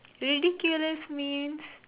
ridiculous means